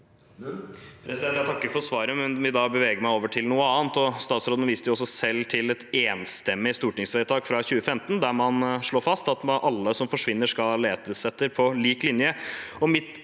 Jeg takker for svaret og vil bevege meg over til noe annet. Statsråden viste selv til et enstemmig stortingsvedtak fra 2015, der man slo fast at alle som forsvinner, skal letes etter på lik linje.